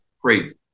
crazy